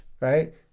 right